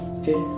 okay